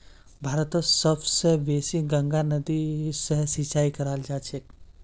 भारतत सब स बेसी गंगा नदी स सिंचाई कराल जाछेक